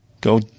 go